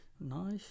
Nice